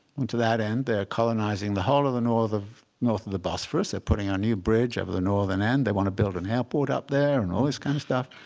and to that end, they're colonizing the whole of the north of north of the bosphorus. they're putting a new bridge over the northern end. they want to build an airport up there and all this kind of stuff.